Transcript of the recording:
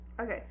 Okay